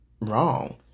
wrong